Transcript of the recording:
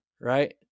right